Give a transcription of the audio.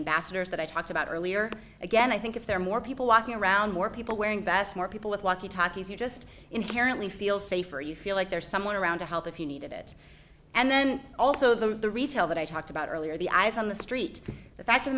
ambassadors that i talked about earlier again i think if there are more people walking around more people wearing vests more people with walkie talkies you just inherently feel safer you feel like there's someone around to help if you needed it and then also the retail that i talked about earlier the eyes on the street the fact th